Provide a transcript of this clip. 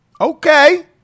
Okay